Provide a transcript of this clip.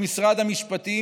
למשרד המשפטים,